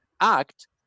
act